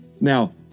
Now